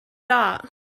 that